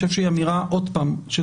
אבל